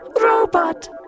robot